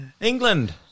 England